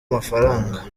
amafaranga